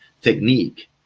technique